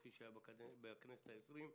כפי שהיה בכנסת העשרים.